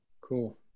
Cool